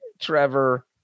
Trevor